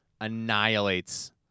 annihilates